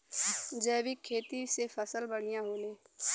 जैविक खेती से फसल बढ़िया होले